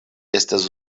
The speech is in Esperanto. estas